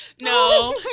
No